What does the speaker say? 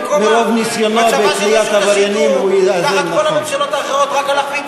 אני לא יודע, הזחיחות הזאת לא במקומה.